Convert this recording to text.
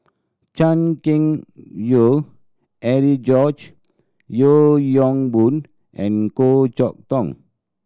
Chan Keng Howe Harry George Yeo Yong Boon and Goh Chok Tong